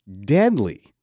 deadly